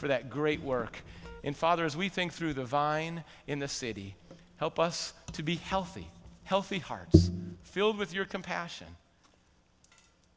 for that great work in father as we think through the vine in the city help us to be healthy healthy heart filled with your compassion